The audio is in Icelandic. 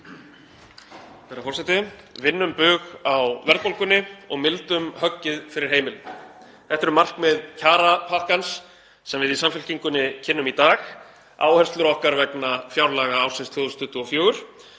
Herra forseti. Vinnum bug á verðbólgunni og mildum höggið fyrir heimilin. Þetta eru markmið kjarapakkans sem við í Samfylkingunni kynnum í dag, áherslur okkar vegna fjárlagaársins 2024.